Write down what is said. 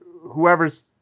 whoever's